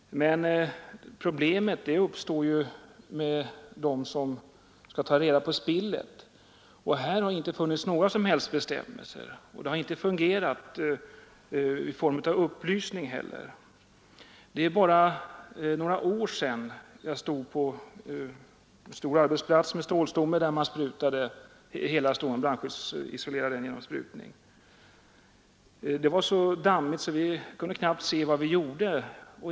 Problemet uppstår dock med dem som skall ta reda på spillet. För dem har det inte funnits några som helst bestämmelser, och det har inte funnits någon upplysning heller. Det är bara några år sedan som jag stod på en stor arbetsplats där man brandskyddsisolerade hela stålstommen genom sprutning. Det var så dammigt att vi knappast kunde se vad vi gjorde.